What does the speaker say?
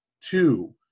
two